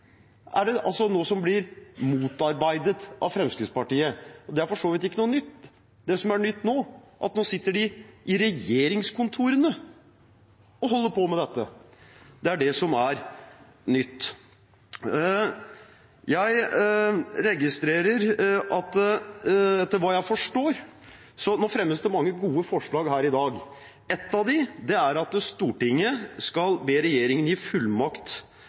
blir motarbeidet av Fremskrittspartiet. Det er for så vidt ikke noe nytt. Det som er nytt nå, er at de sitter i regjeringskontorene og holder på med dette. Det er det som er nytt. Jeg registrerer at det fremmes mange gode forslag her i dag. Ett av dem er: «Stortinget ber regjeringen gi fullmakt